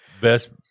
best